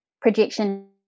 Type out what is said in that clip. projection